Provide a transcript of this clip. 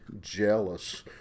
jealous